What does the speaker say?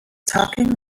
talking